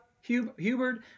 Hubert